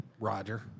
Roger